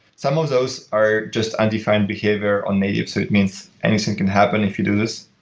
some of those are just undefined behavior on native, so it means anything can happen if you do this.